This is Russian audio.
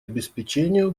обеспечению